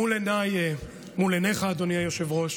מול עיניי, מול עיניך, אדוני היושב-ראש,